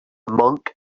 monk